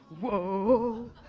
whoa